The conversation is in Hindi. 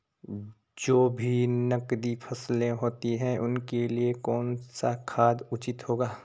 जो भी नकदी फसलें होती हैं उनके लिए कौन सा खाद उचित होगा?